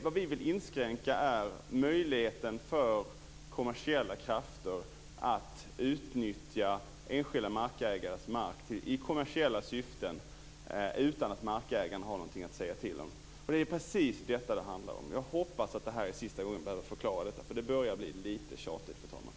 Vad vi vill inskränka är möjligheten för kommersiella krafter att utnyttja enskilda markägares mark i kommersiella syften utan att markägaren har något att säga till om. Det är precis detta det handlar om. Jag hoppas att det är sista gången jag behöver förklara detta. Det börjar att bli lite tjatigt, fru talman.